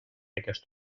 aquest